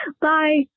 Bye